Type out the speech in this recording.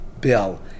bill